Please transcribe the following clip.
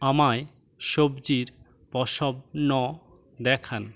আমায় সবজির পসব ন দেখান